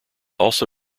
also